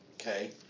Okay